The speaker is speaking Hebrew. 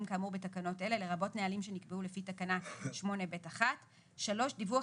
כאמור בתקנות אלה לרבות נהלים שנקבעו לפי תקנה 8(ב)(1); דיווח